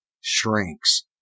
shrinks